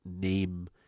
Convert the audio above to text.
name